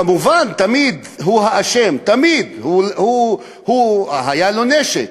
כמובן תמיד הוא האשם, תמיד הוא, היה לו נשק.